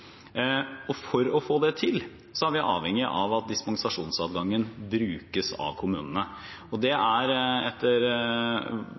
For å få det til er vi avhengige av at dispensasjonsadgangen brukes av kommunene. Det er etter